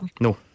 No